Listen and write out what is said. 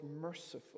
merciful